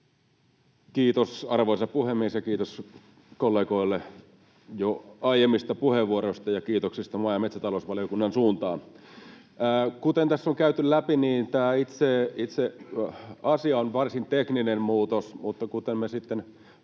Kiitos, arvoisa puhemies! Ja kiitos kollegoille jo aiemmista puheenvuoroista ja kiitoksista maa- ja metsätalousvaliokunnan suuntaan. Kuten tässä on käyty läpi, niin tämä itse asia on varsin tekninen muutos, mutta kuten me sitten